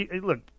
look